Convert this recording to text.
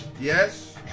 Yes